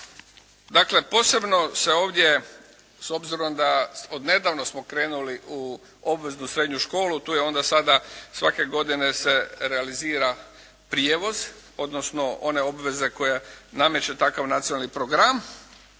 Dakle posebno se ovdje s obzirom da od nedavno smo krenuli u obveznu srednju školu, tu je onda sada svake godine se realizira prijevoz, odnosno one obveze koje nameće takav nacionalni program,